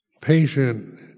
Patient